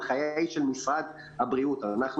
ההנחיה היא של משרד הבריאות הרי אנחנו